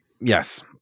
Yes